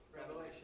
Revelation